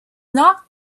not